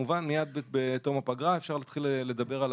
כמובן מיד בתום הפגרה אפשר להתחיל לדבר על